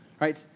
right